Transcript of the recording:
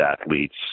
athletes